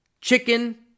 chicken